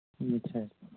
ᱟᱪᱪᱷᱟ